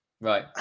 Right